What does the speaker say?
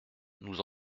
nous